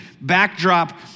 backdrop